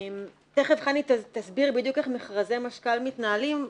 חני תסביר בדיוק איך מכרזי משכ"ל מתנהלים,